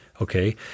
okay